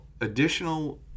Additional